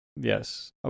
Yes